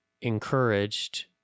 encouraged